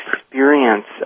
experience